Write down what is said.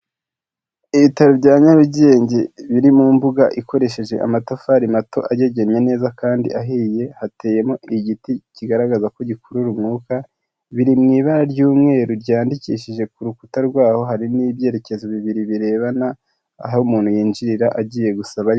Ibitaro bya Nyarugenge biri mu mbuga ikoresheje amatafari mato agegennye neza kandi ahiye, hateyemo igiti kigaragaza ko gikurura umwuka, biri mu ibara ry'umweru ryandikishije ku rukuta rwaho, hari n'ibyerekezo bibiri birebana aho umuntu yinjirira agiye gusaba.....